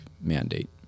mandate